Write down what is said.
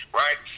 right